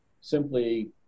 simply